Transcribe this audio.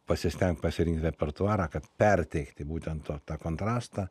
pasistenk pasirinkt repertuarą kad perteikti būtent to tą kontrastą